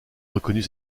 reconnut